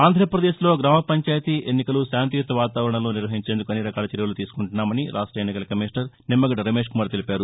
ఆంధ్రప్రదేశ్లో గ్రామ పంచాయతీ ఎన్నికలు శాంతియుత వాతావరణంలో నిర్వహించేందుకు అన్నిరకాల చర్యలు తీసుకుంటున్నామని రాష్ట ఎన్నికల కమిషనర్ నిమ్మగద్డ రమేష్ కుమార్ తెలిపారు